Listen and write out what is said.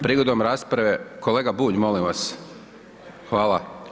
Prigodom rasprave, kolega Bulj, molim vas, hvala.